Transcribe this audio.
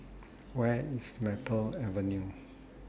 Where IS Maple Avenue